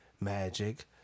Magic